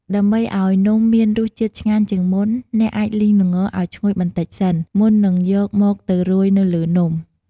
ដើម្បីឱ្យនំមានរសជាតិឆ្ងាញ់ជាងមុន អ្នកអាចលីងល្ងឱ្យឈ្ងុយបន្តិចសិន មុននឹងយកមកទៅរោយនៅលើនំ។